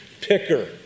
picker